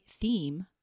theme